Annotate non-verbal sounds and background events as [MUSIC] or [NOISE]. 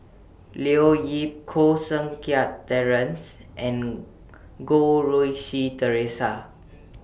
Leo Yip Koh Seng Kiat Terence and Goh Rui Si Theresa [NOISE]